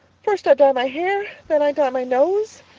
first i dye my hair then i dye my nose.